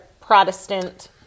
protestant